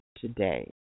today